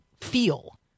feel